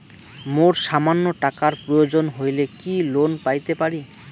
মোর সামান্য টাকার প্রয়োজন হইলে কি লোন পাইতে পারি?